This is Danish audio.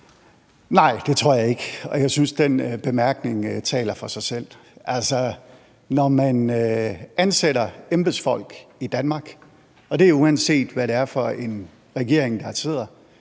Nej, det tror jeg ikke, og jeg synes, den bemærkning taler for sig selv. Når man ansætter embedsfolk i Danmark – og det er, uanset hvad det er for en regering, der sidder